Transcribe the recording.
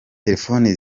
telefone